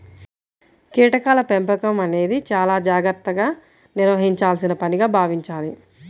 కీటకాల పెంపకం అనేది చాలా జాగర్తగా నిర్వహించాల్సిన పనిగా భావించాలి